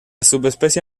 subespecie